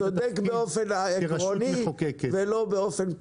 אתה צודק באופן עקרוני ולא באופן פרקטי.